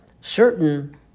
Certain